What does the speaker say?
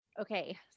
Okay